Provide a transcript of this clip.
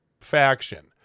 faction